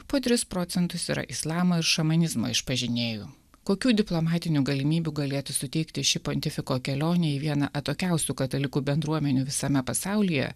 potris procentus yra islamo ir šamanizmo išpažinėjų kokių diplomatinių galimybių galėtų suteikti ši pontifiko kelionė į vieną atokiausių katalikų bendruomenių visame pasaulyje